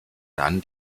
dann